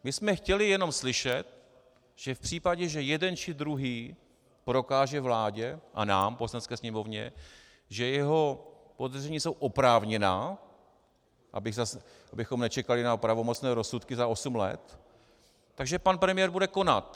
My jsme chtěli jenom slyšet, že v případě, že jeden či druhý prokáže vládě a nám, Poslanecké sněmovně, že jeho podezření jsou oprávněná, abychom zase nečekali na pravomocné rozsudky za osm let, že pan premiér bude konat.